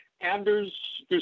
Anders